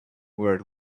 where